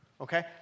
Okay